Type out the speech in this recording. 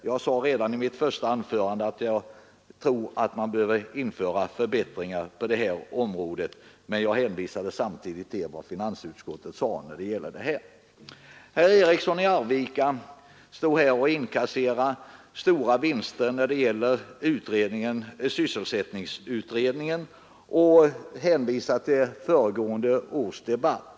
Jag framhöll redan i mitt första anförande att vi behöver införa förbättringar där, men jag hänvisade samtidigt till vad finansutskottet har skrivit. Sedan stod herr Eriksson i Arvika här och inkasserade stora vinster när det gäller sysselsättningsutredningen. Han hänvisade då till föregående års debatt.